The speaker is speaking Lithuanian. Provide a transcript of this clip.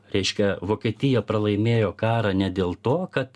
reiškia vokietija pralaimėjo karą ne dėl to kad